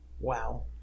wow